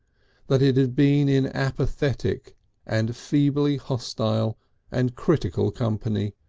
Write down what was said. that it had been in apathetic and feebly hostile and critical company,